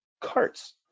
carts